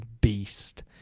beast